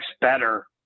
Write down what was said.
better